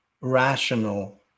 rational